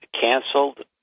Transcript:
canceled